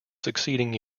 succeeding